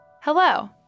Hello